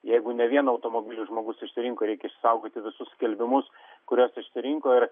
jeigu ne vieną automobilį žmogus išsirinko reikia išsisaugoti visus skelbimus kuriuos išsirinko ir